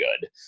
good